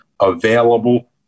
available